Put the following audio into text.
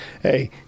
hey